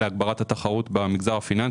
להגברת התחרות במגזר הפיננסי.